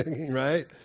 right